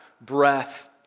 breath